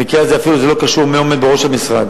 במקרה הזה אפילו לא קשור מי עומד בראש המשרד,